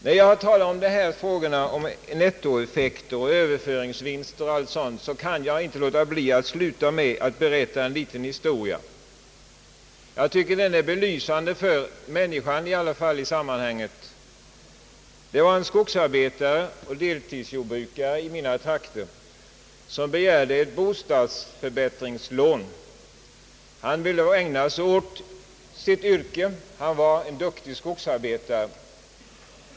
När jag talar om dessa frågor rörande nettoeffekt, överföringsvinster och allt sådant kan jag inte underlåta att berätta en liten historia som jag tycker är belysande för den enskilda människans situation i sammanhanget. Det gällde en skogsarbetare och deltidsjordbrukare från mina trakter, som begärde ett bostadsförbättringslån. Han var en duktig skogsarbetare och ville ägna sig åt sitt yrke.